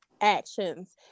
actions